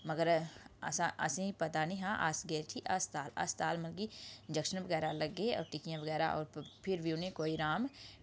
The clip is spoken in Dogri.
मगर अस असेंगी पता नी हा अस गे उठी हस्पताल हस्पताल मतलब कि इंजैक्शन बगैरा लग्गे होर टिक्कियां बगैरा होर फिर बी उ'नें कोई राम